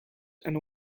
and